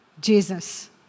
Jesus